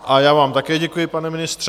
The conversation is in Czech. A já vám také děkuji, pane ministře.